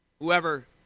Whoever